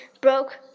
broke